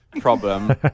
problem